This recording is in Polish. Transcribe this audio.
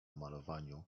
malowaniu